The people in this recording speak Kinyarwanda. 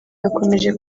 yakomeje